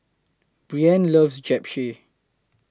Breanne loves Japchae